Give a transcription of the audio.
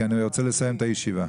כי אני רוצה לסיים את הישיבה.